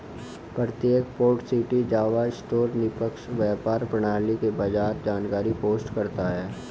प्रत्येक port city Java store निष्पक्ष व्यापार प्रणाली के बारे में जानकारी पोस्ट करता है